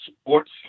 sports